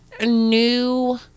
new